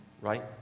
right